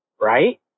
right